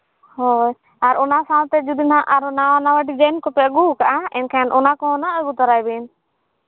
ᱦᱳᱭ ᱟᱨ ᱚᱱᱟ ᱥᱟᱶᱛᱮ ᱡᱩᱫᱤ ᱱᱟᱜ ᱟᱨᱚ ᱱᱟᱣᱟᱼᱱᱟᱣᱟ ᱰᱤᱡᱟᱭᱤᱱ ᱠᱚᱯᱮ ᱟᱹᱜᱩᱣᱟᱠᱟᱫᱼᱟ ᱮᱱᱠᱷᱟᱱ ᱚᱱᱟ ᱠᱚᱦᱚᱸ ᱱᱟᱜ ᱟᱹᱜᱩ ᱛᱟᱨᱟᱭ ᱵᱤᱱ